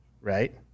right